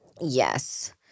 Yes